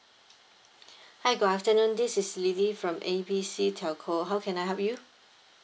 hi good afternoon this is lily from A B C telco how can I help you